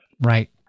Right